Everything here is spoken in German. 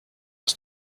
aus